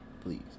please